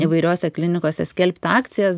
įvairiose klinikose skelbti akcijas